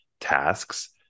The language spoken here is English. tasks